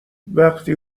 وقتی